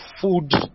food